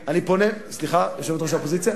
המוחים, סליחה, יושבת-ראש האופוזיציה?